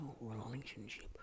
relationship